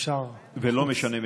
אם אפשר,